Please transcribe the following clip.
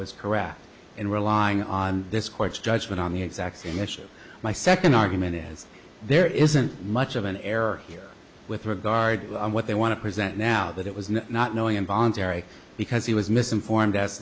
was correct in relying on this court's judgment on the exact same issue my second argument is there isn't much of an error here with regard to what they want to present now that it was not knowing involuntary because he was misinformed a